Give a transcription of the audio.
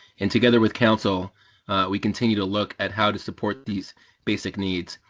and together with council we continue to look at how to support these basic needs.